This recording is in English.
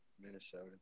Minnesota